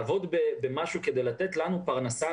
לעבוד במשהו כדי לתת לנו פרנסה,